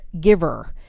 giver